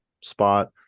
spot